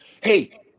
hey